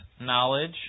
knowledge